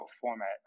format